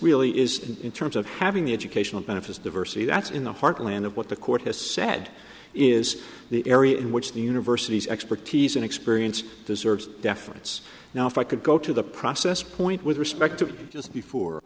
really is in terms of having the educational benefits diversity that's in the heartland of what the court has said is the area in which the universities expertise and experience deserves deference now if i could go to the process point with respect to just before